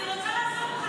אני רוצה לעזור לך.